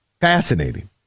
fascinating